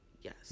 yes